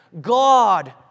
God